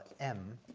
m,